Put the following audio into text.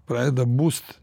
pradeda bust